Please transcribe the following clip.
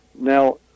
Now